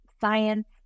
science